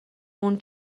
اون